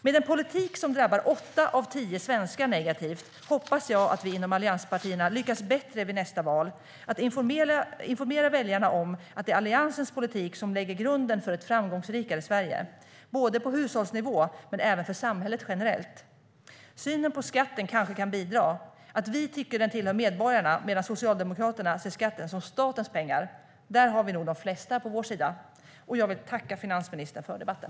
Med en politik som drabbar åtta av tio svenskar negativt hoppas jag att vi inom allianspartierna lyckas bättre vid nästa val att informera väljarna om att det är Alliansens politik som lägger grunden för ett framgångsrikare Sverige både på hushållsnivå och för samhället generellt. Synen på skatten kanske kan bidra. Vi tycker att skatten tillhör medborgarna medan Socialdemokraterna ser skatten som statens pengar. Där har vi nog de flesta på vår sida. Jag vill tacka finansministern för debatten.